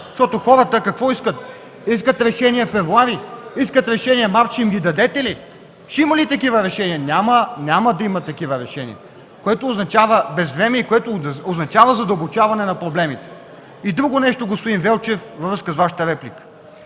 Защото хората какво искат? Те искат решения февруари, искат решения март. Ще им ги дадете ли? Ще има ли такива решения? Няма! Няма да има такива решения, което означава безвремие и което означава задълбочаване на проблемите. И друго нещо, господин Велчев, във връзка с Вашата реплика.